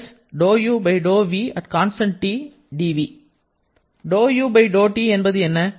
∂u∂T என்பது என்ன